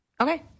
Okay